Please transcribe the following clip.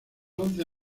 once